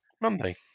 Monday